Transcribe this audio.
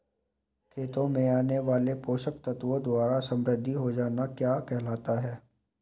खेतों में आने वाले पोषक तत्वों द्वारा समृद्धि हो जाना क्या कहलाता है?